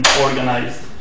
organized